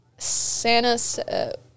Santa